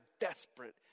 desperate